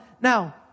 Now